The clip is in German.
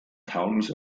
taunus